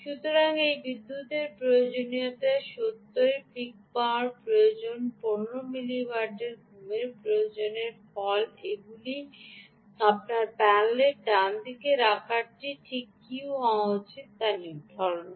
সুতরাং এই বিদ্যুতের প্রয়োজনীয়তা 70 এর পিক পাওয়ার প্রয়োজন 15 মিলি ওয়াটের ঘুমের প্রয়োজনের ফলে এগুলি আপনার প্যানেলের ডানদিকের আকারটি ঠিক কী হওয়া উচিত তা নির্ধারণ করে